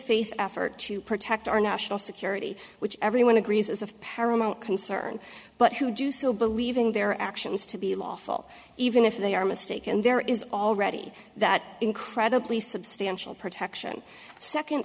faith effort to protect our national security which everyone agrees is of paramount concern but who do so believing their actions to be lawful even if they are mistaken there is already that incredibly substantial protection second